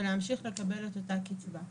ולהמשיך לקבל את אותה קצבה.